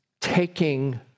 taking